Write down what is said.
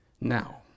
Now